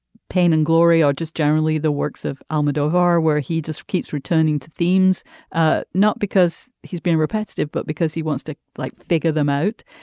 pain and glory or just generally the works of almodovar where he just keeps returning to themes ah not because he's been repetitive but because he wants to like figure them out.